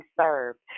served